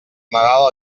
nadal